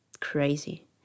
crazy